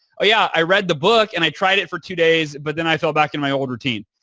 oh yeah, i read the book and i tried it for two days but then i fell back in my old routine.